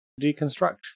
deconstruct